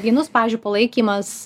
vienus pavyzdžiui palaikymas